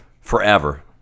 forever